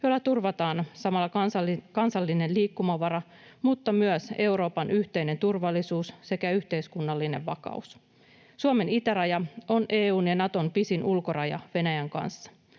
joilla turvataan kansallinen liikkumavara mutta samalla myös Euroopan yhteinen turvallisuus sekä yhteiskunnallinen vakaus. Suomen itäraja on EU:n ja Naton pisin ulkoraja Venäjän kanssa.